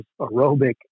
aerobic